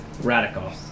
Radical